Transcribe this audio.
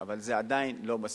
אבל זה עדיין לא מספיק.